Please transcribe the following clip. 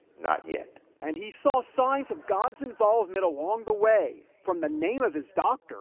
not yet. and he saw signs of god's involvement along the way, from the name of his doctor.